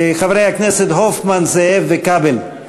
חברי הכנסת הופמן, זאב וכבל,